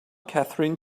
catherine